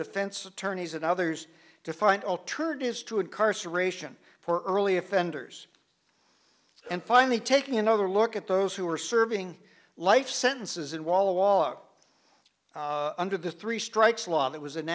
defense attorneys and others to find alternatives to incarceration for early offenders and finally taking another look at those who are serving life sentences in walla walla under the three strikes law that was